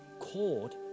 called